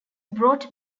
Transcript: brought